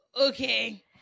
Okay